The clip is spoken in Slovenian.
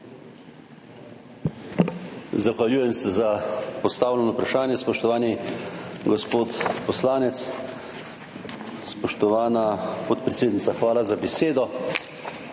Zahvaljujem se za postavljeno vprašanje, spoštovani gospod poslanec. Spoštovana podpredsednica, hvala za besedo.